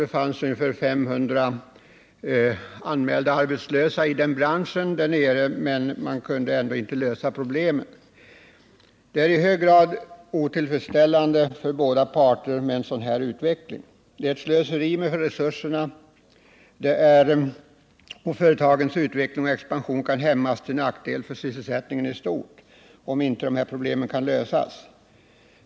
Det fanns ungefär 500 anmälda arbetslösa i den branschen där nere, men man kunde ändå inte lösa problemet. Det är i hög grad otillfredsställande för båda parter med en sådan utveckling. Det är slöseri med resurserna, och företagens utveckling och expansion kan hämmas till nackdel för sysselsättningen i stort, om inte de här problemen kan lösas.